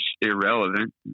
irrelevant